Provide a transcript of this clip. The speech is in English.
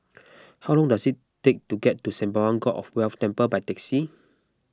how long does it take to get to Sembawang God of Wealth Temple by taxi